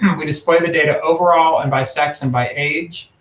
we display the data overall and by sex and by age,